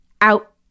out